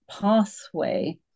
pathway